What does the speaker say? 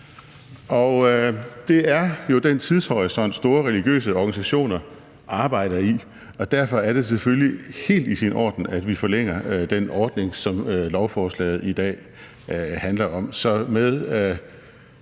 det er jo den tidshorisont, store religiøse organisationer arbejder i, og derfor er det selvfølgelig helt i orden, at vi forlænger den ordning, som lovforslaget i dag handler om.